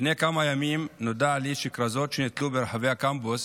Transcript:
לפני כמה ימים נודע לי שכרזות שנתלו ברחבי הקמפוס,